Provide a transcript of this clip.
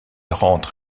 rentre